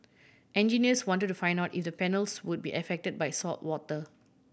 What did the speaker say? engineers wanted to find out if the panels would be affected by saltwater